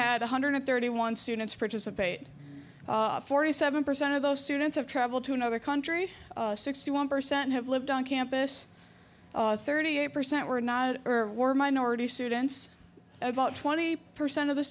one hundred thirty one students participating forty seven percent of those students have travel to another country sixty one percent have lived on campus thirty eight percent were not or minority students about twenty percent of the